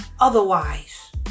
otherwise